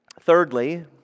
Thirdly